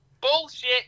Bullshit